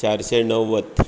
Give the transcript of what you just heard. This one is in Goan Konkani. चारशें णव्वद